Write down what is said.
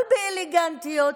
אבל באלגנטיות,